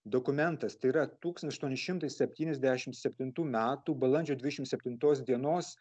dokumentas tai yra tūkstantis aštuoni šimtai septyniasdešim septintų metų balandžio dvidešim septintos dienos